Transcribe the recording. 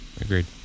Agreed